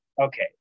Okay